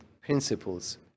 principles